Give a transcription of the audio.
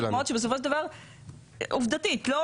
שבסופו של דבר עובדתית לא